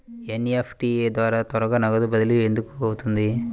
NEFT ద్వారా త్వరగా నగదు బదిలీ ఎందుకు అవుతుంది?